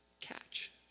catch